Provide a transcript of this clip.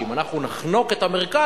שאם אנחנו נחנוק את המרכז,